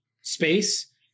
space